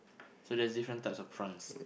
so there's different types of prawns